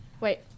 Wait